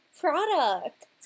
product